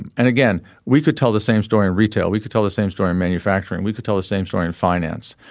and and again we could tell the same story in retail we could tell the same story manufacturing. we could tell the same story in finance.